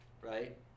right